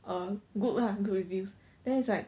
a good lah good reviews then it's like